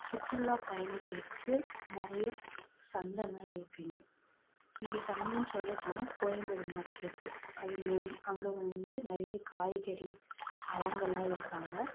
சுற்றுலாப்பயணிகளுக்கு நிறைய சந்தெல்லாம் இருக்கு இங்கே இங்கே சந்தன்னு சொல்லப்போனால் கோயம்பேடு மார்க்கெட்டு அது மெயின் அங்கே வந்து நிறைய காய்கறி பழங்கள்லாம் இருக்கும் அங்கே